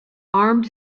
armed